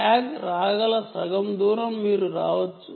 tag రాగల సగం దూరం మీరు రావచ్చు